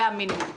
זה המינימום.